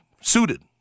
suited